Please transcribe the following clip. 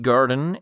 Garden